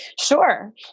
Sure